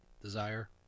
desire